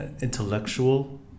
intellectual